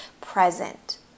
present